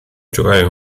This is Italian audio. giocare